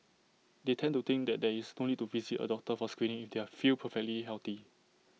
they tend to think that there is no need to visit A doctor for screening if they feel perfectly healthy